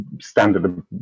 standard